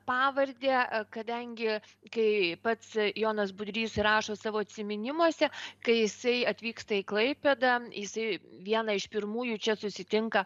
pavardę kadangi kai pats jonas budrys rašo savo atsiminimuose kai jisai atvyksta į klaipėdą jisai vieną iš pirmųjų čia susitinka